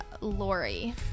Lori